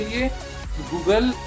Google